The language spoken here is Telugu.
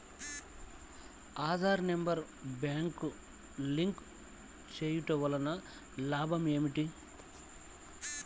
ఆధార్ నెంబర్ బ్యాంక్నకు లింక్ చేయుటవల్ల లాభం ఏమిటి?